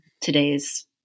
today's